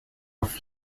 auf